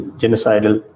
genocidal